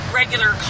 regular